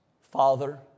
Father